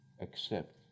accept